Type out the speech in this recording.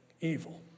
evil